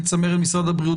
את צמרת משרד הבריאות,